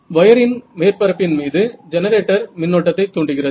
வயரின் மேற்பரப்பின் மீது ஜெனரேட்டர் மின்னோட்டத்தை தூண்டுகிறது